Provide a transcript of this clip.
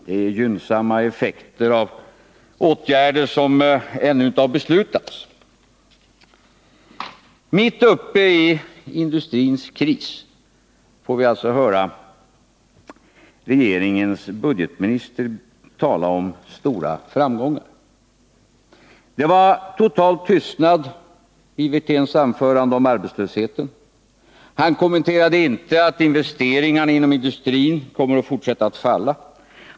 Det är fråga om gynnsamma effekter av åtgärder som ännu inte har beslutats. Mitt uppe i industrins kris får vi alltså höra regeringens budgetminister tala om stora framgångar. Det rådde total tystnad om arbetslösheten i Rolf Wirténs anförande. Han kommenterade inte att investeringarna inom industrin kommer att fortsätta att falla.